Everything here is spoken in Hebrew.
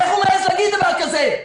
איך הוא מעז להגיד דבר כזה?